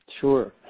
sure